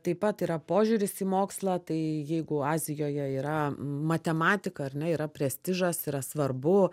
taip pat yra požiūris į mokslą tai jeigu azijoje yra matematika ar ne yra prestižas yra svarbu